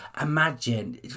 Imagine